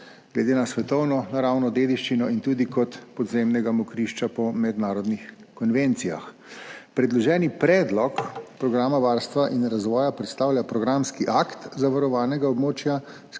glede na svetovno naravno dediščino in tudi kot podzemnega mokrišča po mednarodnih konvencijah. Predloženi predlog programa varstva in razvoja predstavlja programski akt zavarovanega območja,